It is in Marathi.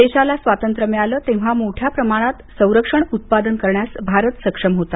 देशाला स्वातंत्र्य मिळालं तेव्हा मोठ्या प्रमाणात संरक्षण उत्पादन करण्यास भारत सक्षम होता